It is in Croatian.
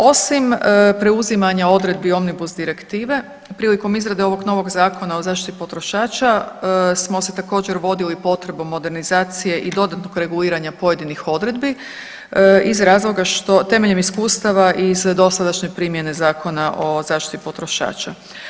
Osim preuzimanja odredbi Omnibus direktive prilikom izrade ovog novog Zakona o zaštiti potrošača smo se također vodili potrebom modernizacije i dodatnog reguliranja pojedinih odredbi iz razloga što temeljem iskustava iz dosadašnje primjene Zakona o zaštiti potrošača.